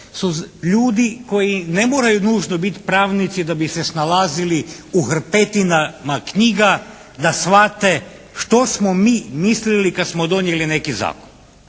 su ljudi koji ne moraju nužno biti pravnici da bi se snalazili u hrpetinama knjiga da shvate što smo mi mislili kad smo donijeli neki zakon.